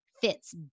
fits